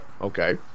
Okay